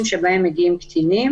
מדובר על מקרים שמגיעים קטינים